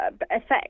effect